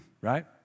right